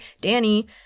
Danny